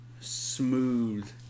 smooth